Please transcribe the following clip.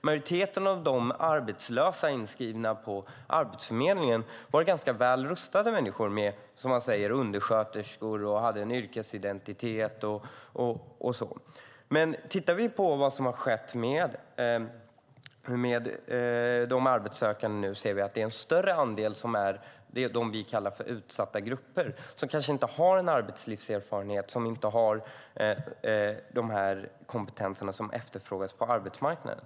Majoriteten av de arbetslösa som var inskrivna på Arbetsförmedlingen var ganska väl rustade människor med en yrkesidentitet, till exempel undersköterskor, som Jasenko Omanovic nämnde. Men tittar vi nu på vad som har skett med de arbetssökande ser vi att det är en större andel som hör till utsatta grupper. De kanske saknar arbetslivserfarenhet och de kompetenser som efterfrågas på arbetsmarknaden.